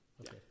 Okay